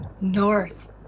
north